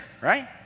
right